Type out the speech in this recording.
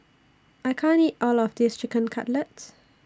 I can't eat All of This Chicken Cutlet